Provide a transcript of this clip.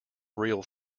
real